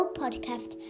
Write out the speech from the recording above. podcast